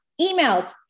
emails